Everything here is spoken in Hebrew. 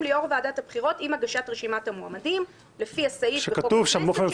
ליו"ר ועדת הבחירות עם הגשת רשימת המועמדים לפי הסעיף בחוק-יסוד: הכנסת,